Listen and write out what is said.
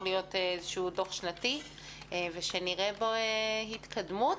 להיות דוח שנתי ושנראה בו התקדמות,